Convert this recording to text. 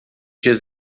dias